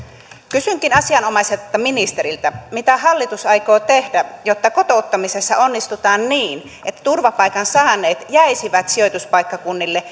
kysynkin asianomaiselta ministeriltä mitä hallitus aikoo tehdä jotta kotouttamisessa onnistutaan niin että turvapaikan saaneet jäisivät sijoituspaikkakunnille